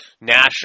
national